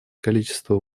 количества